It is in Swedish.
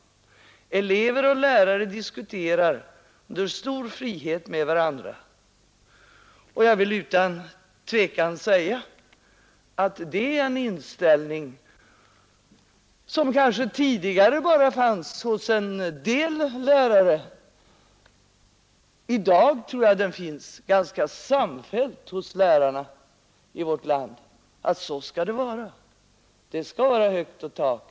Elever och lärare diskuterar under stor frihet med varandra. Det är en inställning som Udigare kanske bara fanns hos en del lärare. I dag tror jag att det finns en ganska samfälld inställning hos lärarna i vårt land om att sa skall det vara. Det skall vara högt i tak i debatten.